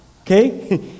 Okay